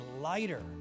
lighter